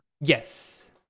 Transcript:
Yes